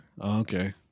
okay